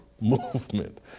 movement